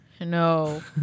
No